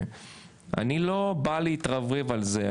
אני לא בא להתרברב על זה,